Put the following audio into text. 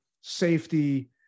safety